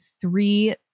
three